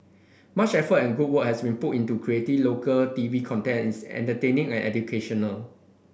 much effort and good work has been put into creating local TV content is entertaining and educational